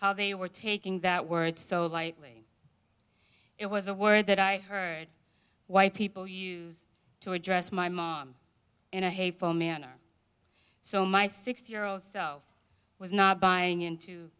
how they were taking that word so lightly it was a word that i heard white people use to address my mom in a hateful manner so my six year old self was not buying into